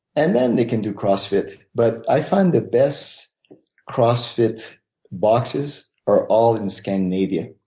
and then they can do cross fit. but i find the best cross fit boxes are all in scandinavia.